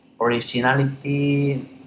originality